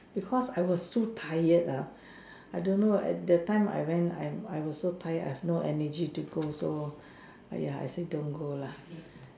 because I was too tired lah I don't know at the time I went I'm I was so tired I have no energy to go so !aiya! I said don't go lah